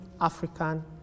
African